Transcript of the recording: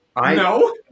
No